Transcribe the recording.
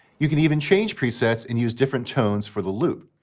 you can even change presets and use different tones for the loop.